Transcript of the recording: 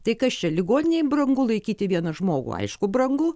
tai kas čia ligoninėj brangu laikyti vieną žmogų aišku brangu